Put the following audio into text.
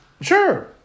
Sure